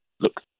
look